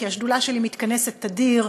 כי השדולה שלי מתכנסת תדיר.